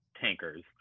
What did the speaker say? tankers